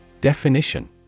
Definition